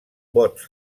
bots